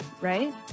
right